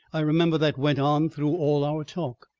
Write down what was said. i remember that went on through all our talk.